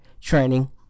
training